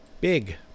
Big